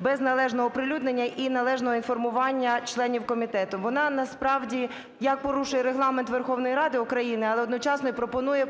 без належного оприлюднення, і належного інформування членів комітету. Вона, насправді, як порушує Регламент Верховної Ради України, але одночасно і пропонує